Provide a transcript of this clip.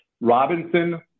Robinson